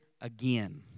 again